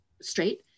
straight